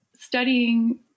Studying